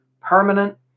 permanent